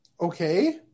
Okay